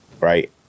right